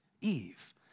Eve